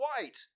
white